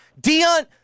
Dion